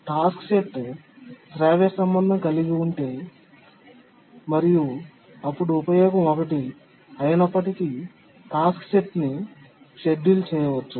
task set శ్రావ్య సంబంధం కలిగి ఉంటే మరియు అప్పుడు ఉపయోగం 1 అయినప్పటికీ టాస్క్ సెట్ ని షెడ్యూల్ చేయవచ్చు